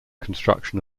construction